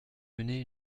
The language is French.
mener